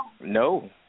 No